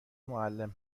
معلم